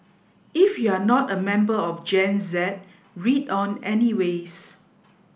if you're not a member of Gen Z read on anyways